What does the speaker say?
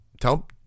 tell